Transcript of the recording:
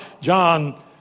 John